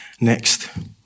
next